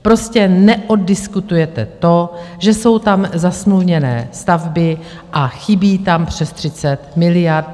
Prostě neoddiskutujete to, že jsou tam zasmluvněné stavby a chybí tam přes 30 miliard.